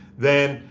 then,